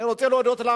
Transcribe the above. אני רוצה להודות לך,